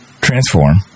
transform